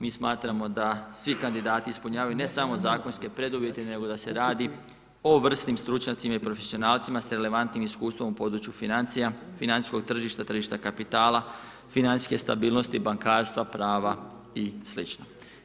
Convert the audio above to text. Mi smatramo da svi kandidati ispunjavaju ne samo zakonske preduvjete, nego da se radi o vrsnim stručnjacima i profesionalcima s relevantnim iskustvom u području financija, financijskog tržišta, tržišta kapitala, financijske stabilnosti, bankarstva, prava i slično.